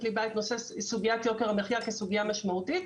ליבה את נושא יוקר המחיה כסוגיה משמעותית.